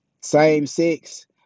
same-sex